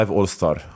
All-Star